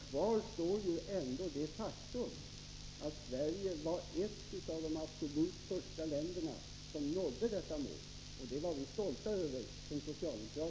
Kvar står ändå det faktum att Sverige var ett av de absolut första länderna som nådde detta mål, och det var vi stolta över som socialdemokrater.